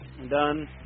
done